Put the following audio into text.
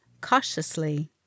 cautiously